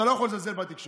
אתה לא יכול לזלזל בתקשורת.